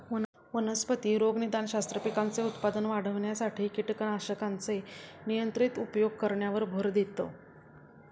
वनस्पती रोगनिदानशास्त्र, पिकांचे उत्पादन वाढविण्यासाठी कीटकनाशकांचे नियंत्रित उपयोग करण्यावर भर देतं